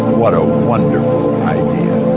what a wonderful idea.